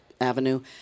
avenue